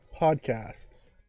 podcasts